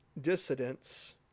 dissidents